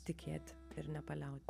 tikėti ir nepaliaut